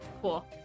cool